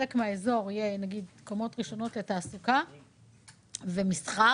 מהאזור יהיו רישיונות לתעסוקה ולמסחר,